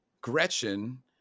Gretchen